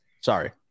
Sorry